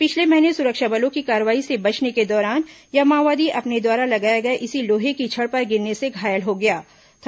पिछले महीने सुरक्षा बलों की कार्रवाई से बचने के दौरान यह माओवादी अपने द्वारा लगाए गए इसी लोहे की छड़ पर गिरने से घायल हो गया था